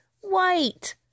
White